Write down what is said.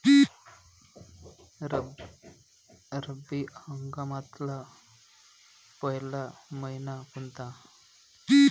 रब्बी हंगामातला पयला मइना कोनता?